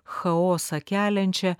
chaosą keliančią